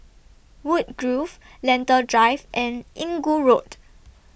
Woodgrove Lentor Drive and Inggu Road